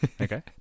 Okay